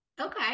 Okay